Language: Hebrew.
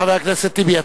חבר הכנסת טיבי,